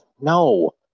no